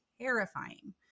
terrifying